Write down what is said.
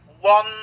one